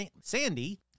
Sandy